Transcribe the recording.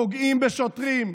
פוגעים בשוטרים,